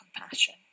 compassion